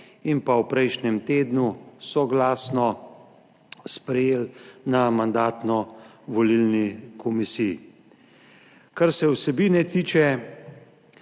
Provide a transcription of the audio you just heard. in pa v prejšnjem tednu soglasno sprejeli na Mandatno-volilni komisiji. Kar se vsebine tiče.